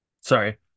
Sorry